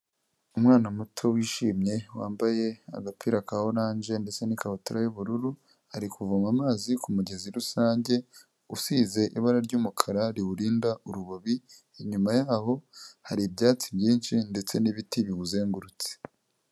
Umwana muto wishimye wambaye agapira ka oranje ndetse n'ikabutura y'ubururu, ari kuvoma amazi k'umugezi rusange, usize ibara ry'umukara riwurinda urubobi, inyuma yawo hari ibyatsi byinshi ndetse n'ibiti biwuzengurutse.